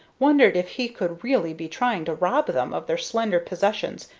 wondered if he could really be trying to rob them of their slender possessions,